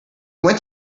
went